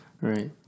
right